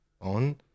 on